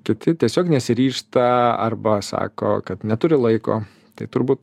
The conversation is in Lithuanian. kiti tiesiog nesiryžta arba sako kad neturi laiko tai turbūt